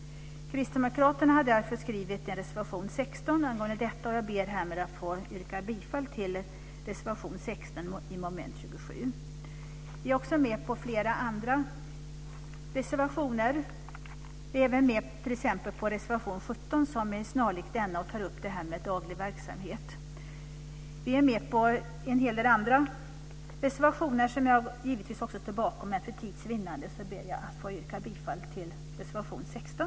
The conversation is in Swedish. Kristdemokraterna har därför skrivit en reservation 16 angående detta, och jag ber härmed att få yrka bifall till reservation 16 under mom. 27. Vi är också med på flera andra reservationer, t.ex. reservation 17 som är snarlik denna och som tar upp detta med daglig verksamhet, som jag givetvis också står bakom. Men för tids vinnande ber jag att få yrka bifall endast till reservation 16.